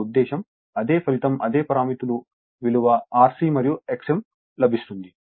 నా ఉద్దేశ్యం అదే ఫలితం అదే పారామితుల విలువ Rc మరియు Xm లభిస్తుంది